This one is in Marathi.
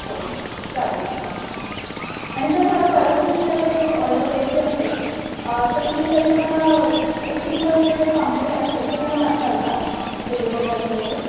हो हो चालेल चालेल आणि जर मला परत तुमच्याकडे काही ऑर्डर द्यायची असेल तर तुम्ही त्याचे मला एक तुमचा जे काही पाम्पलेट असेल ते मला पाठवाल का डिलिव्हरी बॉयबरोबर